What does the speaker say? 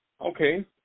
okay